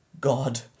God